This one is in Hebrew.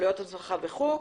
עלויות הדרכה וכו'.